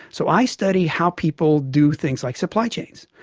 so i study how people do things, like supply chains.